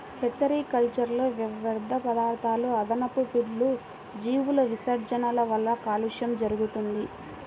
hatchery కల్చర్లో వ్యర్థపదార్థాలు, అదనపు ఫీడ్లు, జీవుల విసర్జనల వలన కాలుష్యం జరుగుతుంది